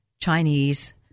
Chinese